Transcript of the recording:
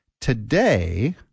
Today